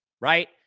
right